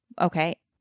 Okay